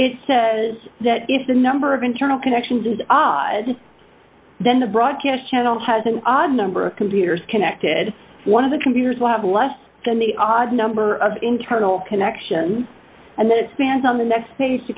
it says that if the number of internal connections and then the broadcast channel has an odd number of computers connected one of the computers will have less than the odd number of internal connections and then expands on the next state to